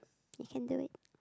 you can do it